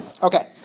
Okay